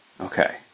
Okay